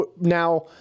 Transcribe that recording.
Now